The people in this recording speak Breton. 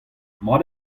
mat